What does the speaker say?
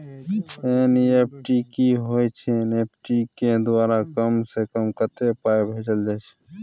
NEFT की होय छै एन.ई.एफ.टी के द्वारा कम से कम कत्ते पाई भेजल जाय छै?